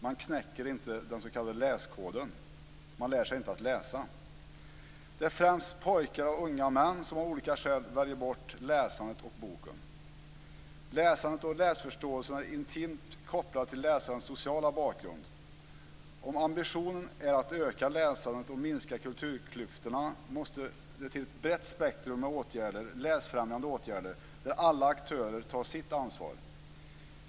Man knäcker inte den s.k. läskoden. Man lär sig inte att läsa. Det är främst pojkar och unga män som av olika skäl väljer bort läsandet och boken. Läsandet och läsförståelsen är intimt kopplade till läsarens sociala bakgrund. Om ambitionen är att öka läsandet och minska kulturklyftorna måste det till ett brett spektrum av läsfrämjande åtgärder där alla aktörer tar sitt ansvar.